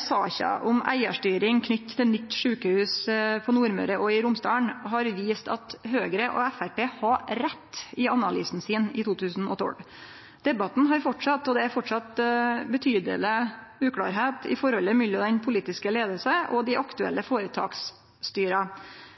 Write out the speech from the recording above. Saka om eigarstyring knytt til nytt sjukehus i Nordmøre og Romsdal har vist at Høgre og Framstegspartiet hadde rett i analysen sin i 2012. Debatten har fortsett, og det er framleis betydeleg uklarleik i forholdet mellom den politiske leiinga og dei aktuelle